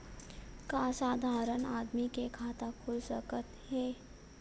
का साधारण आदमी के खाता खुल सकत हे?